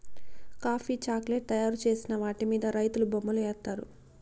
coffee chocolate తయారు చేసిన వాటి మీద రైతులు బొమ్మలు ఏత్తారు